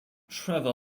trevor